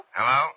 Hello